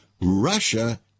Russia